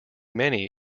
many